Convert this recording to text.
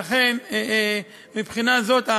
לכן, מבחינה זאת,